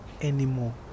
anymore